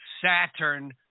Saturn